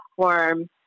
platform